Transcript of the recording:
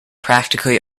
practically